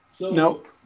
nope